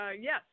yes